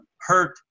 hurt